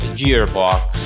gearbox